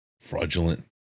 Fraudulent